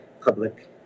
public